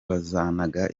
bazanaga